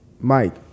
Mike